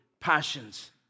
passions